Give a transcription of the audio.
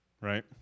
right